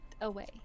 away